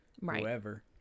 whoever